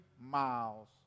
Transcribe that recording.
miles